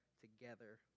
together